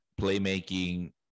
playmaking